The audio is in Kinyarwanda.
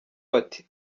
bati